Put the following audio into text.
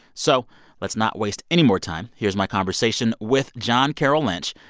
so let's not waste any more time. here's my conversation with john carroll lynch.